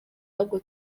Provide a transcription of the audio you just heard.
ahubwo